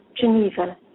Geneva